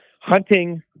hunting